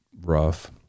rough